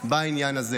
בעניין הזה.